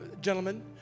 gentlemen